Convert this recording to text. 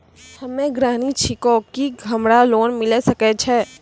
हम्मे गृहिणी छिकौं, की हमरा लोन मिले सकय छै?